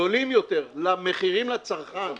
זולים יותר מהמחירים לצרכן.